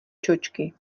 čočky